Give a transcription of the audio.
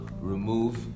remove